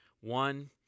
One